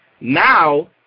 Now